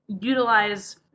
utilize